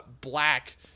black